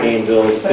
Angels